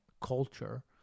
culture